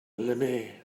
lemme